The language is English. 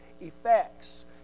effects